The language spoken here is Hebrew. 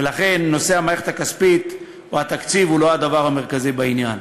ולכן נושא המערכת הכספית או התקציב הוא לא הדבר המרכזי בעניין.